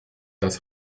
das